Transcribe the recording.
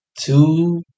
Two